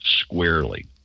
squarely